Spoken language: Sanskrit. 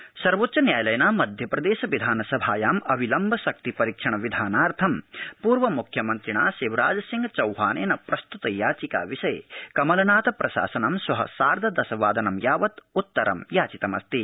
सर्वोच्च मध्यप्रदेश सर्वोच्च न्यायालयेन मध्यप्रदेश विधानसभायाम् अविलम्ब शक्ति परीक्षण विधानार्थ पर्वमख्यामन्त्रिणा शिवराजसिंह चौहानेन प्रस्तुत याचिका विषये कमलनाथ प्रशासनं श्व सार्ध दश वादनं यावत् उत्तरं याचितमस्ति